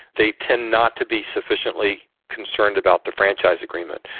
they tend not to be sufficiently concerned about the franchise agreement.